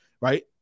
right